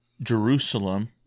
Jerusalem